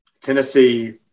Tennessee